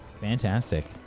Fantastic